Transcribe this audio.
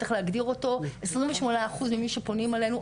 28 אחוז ממי שפונים אלינו,